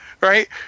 right